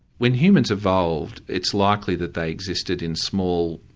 when humans evolved it's likely that they existed in small,